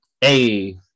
Hey